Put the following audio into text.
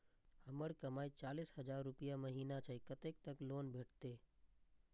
हमर कमाय चालीस हजार रूपया महिना छै कतैक तक लोन भेटते?